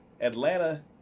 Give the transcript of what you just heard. Atlanta